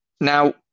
Now